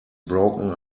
broken